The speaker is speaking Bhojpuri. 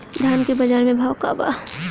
धान के बजार में भाव का बा